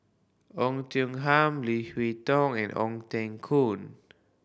Oei Tiong Ham Leo Hee Tong and Ong Teng Koon